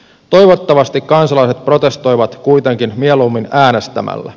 toivottavasti kansalaiset protestoivat kuitenkin mieluummin äänestämällä